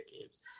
games